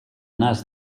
nas